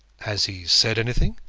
has he said anything?